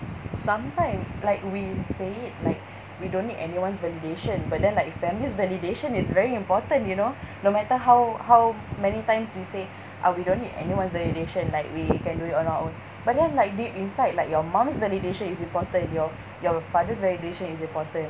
sometime like we say it like we don't need anyone's validation but then like families' validation is very important you know no matter how how many times we say uh we don't need anyone's validation like we can do it on our own but then like deep inside like your mum's validation is important your your father's validation is important